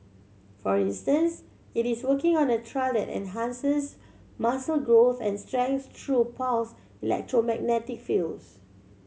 for instance it is working on a trial that enhances muscle growth and strength through pulsed electromagnetic fields